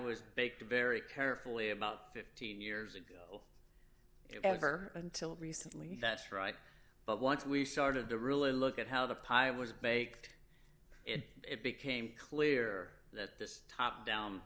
was baked very carefully about fifteen years ago it ever until recently that's right but once we started to really look at how the pilot was baked it became clear that this top down